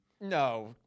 No